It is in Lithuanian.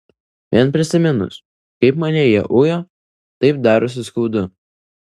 vien prisiminus kaip mane jie ujo taip darosi skaudu